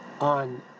on